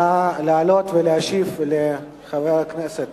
נא לעלות ולהשיב לחבר הכנסת